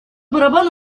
барабан